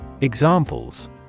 Examples